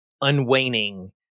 unwaning